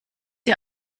ihr